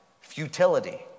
futility